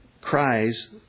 cries